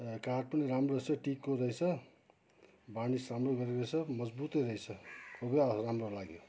र काठ पनि राम्रो रहेछ टिकको रहेछ बार्निस राम्रो गरेको रहेछ मजबुतै रहेछ खुबै राम्रो लाग्यो